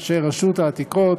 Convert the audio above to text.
אנשי רשות העתיקות